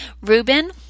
Ruben